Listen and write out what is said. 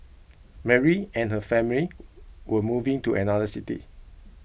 Mary and her family were moving to another city